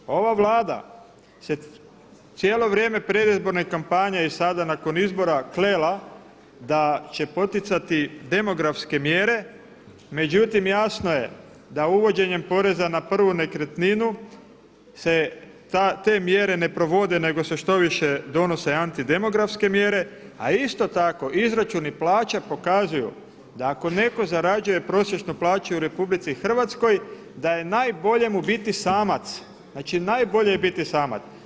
Osim toga ova Vlada se cijelo vrijeme predizborne kampanje i sada nakon izbora klela da se poticati demografske mjere, međutim jasno je da uvođenjem poreza na prvu nekretninu se te mjere ne provode nego se štoviše donose antidemografske mjere, a isto tako izračuni plaća pokazuju da ako netko zarađuje prosječnu plaću u RH da mu je najbolje biti samac, znači najbolje je biti samac.